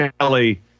kelly